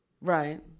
right